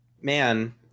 Man